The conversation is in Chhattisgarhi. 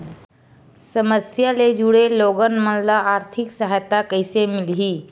समस्या ले जुड़े लोगन मन ल आर्थिक सहायता कइसे मिलही?